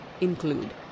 include